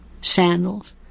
sandals